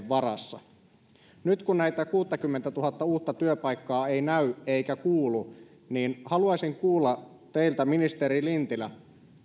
varassa nyt kun näitä kuuttakymmentätuhatta uutta työpaikkaa ei näy eikä kuulu niin haluaisin kuulla teiltä ministeri lintilä